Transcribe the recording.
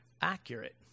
accurate